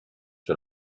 sur